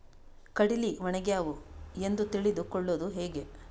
ಕಡಲಿ ಒಣಗ್ಯಾವು ಎಂದು ತಿಳಿದು ಕೊಳ್ಳೋದು ಹೇಗೆ?